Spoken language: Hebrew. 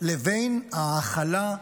לבין ההכלה,